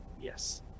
Yes